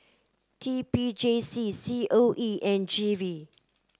T P J C C O E and G V